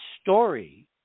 story